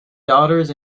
daughters